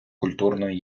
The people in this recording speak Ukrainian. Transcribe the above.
культурної